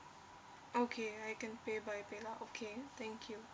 okay I can pay by paylah okay thank you